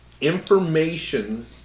information